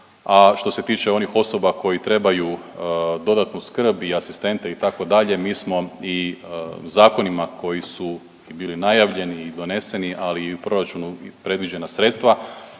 što se tiče onih osoba koji trebaju dodatnu skrb i asistente itd., mi smo i zakonima koji su bili i najavljeni i doneseni, ali i u proračunu predviđena sredstva